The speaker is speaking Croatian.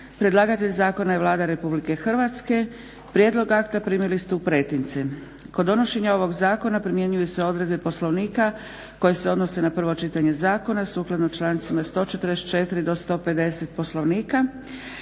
Predlagatelj zakona je Vlada Republike Hrvatske. Prijedlog akta primili ste u pretince. Kod donošenja ovog zakona primjenjuju se odredbe Poslovnika koje se odnose na prvo čitanje zakona sukladno člancima 144. do 150. Poslovnika.